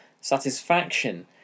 satisfaction